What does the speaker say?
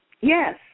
Yes